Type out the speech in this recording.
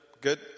good